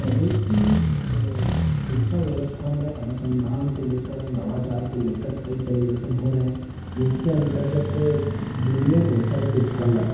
प्रदेश की शिक्षा व्यवस्था में अनुसन्धान को लेकर नवाचार को लेकर कई परिवर्तन हो रहे हैं जिसके अंतर्गत जूनियर रिसर्च स्कॉलर